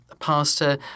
pastor